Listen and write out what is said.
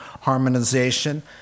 harmonization